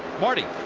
marty?